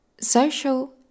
Social